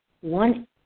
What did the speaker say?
one